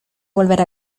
volver